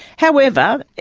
however,